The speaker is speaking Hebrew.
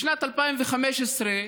בשנת 2015,